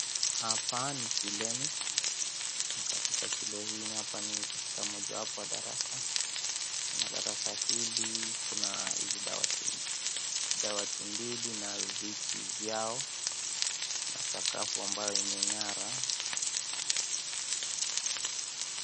Hapa ni shuleni, na katika shule hii hapa ni katika mojawapo ya darasa, na darasa hili kuna hizi dawati, dawati mbili na viti vyao na sakafu ambayo imengara.